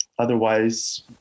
Otherwise